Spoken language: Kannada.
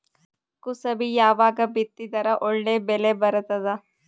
ಕುಸಬಿ ಯಾವಾಗ ಬಿತ್ತಿದರ ಒಳ್ಳೆ ಬೆಲೆ ಬರತದ?